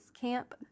camp